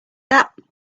that